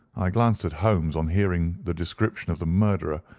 i glanced at holmes on hearing the description of the murderer,